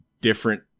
different